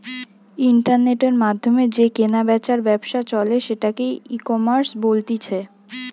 ইন্টারনেটের মাধ্যমে যে কেনা বেচার ব্যবসা চলে সেটাকে ইকমার্স বলতিছে